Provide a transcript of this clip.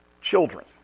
children